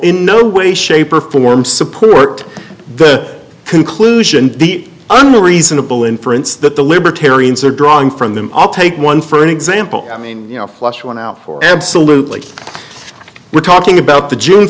in no way shape or form support the conclusion the under reasonable inference that the libertarians are drawn from them i'll take one for an example i mean you know flush one out absolutely we're talking about the june